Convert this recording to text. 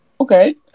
okay